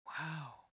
wow